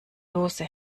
dose